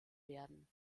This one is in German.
werden